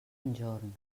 enjorn